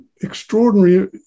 extraordinary